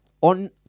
on